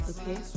Okay